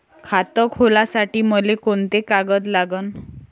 खात खोलासाठी मले कोंते कागद लागन?